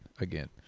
again